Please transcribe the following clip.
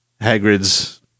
Hagrid's